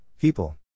People